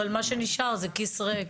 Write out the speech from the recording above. אבל מה שנשאר זה כיס ריק.